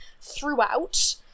throughout